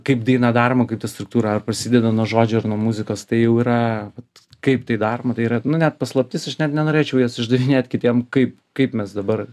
kaip daina daroma kaip ta struktūra ar prasideda nuo žodžio ar nuo muzikos tai jau yra vat kaip tai daroma tai yra net paslaptis aš net nenorėčiau jos išdavinėt kitiem kaip kaip mes dabar